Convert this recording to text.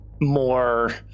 more